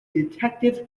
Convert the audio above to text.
detective